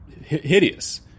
hideous